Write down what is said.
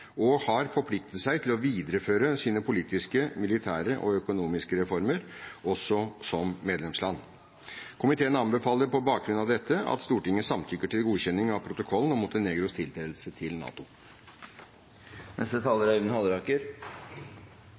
og har forpliktet seg til å videreføre sine politiske, militære og økonomiske reformer også som medlemsland. Komiteen anbefaler på bakgrunn av dette at Stortinget samtykker til godkjenning av protokoll om Montenegros tiltredelse til NATO.